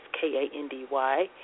K-A-N-D-Y